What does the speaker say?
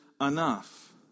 enough